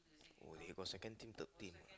oh they got second team third team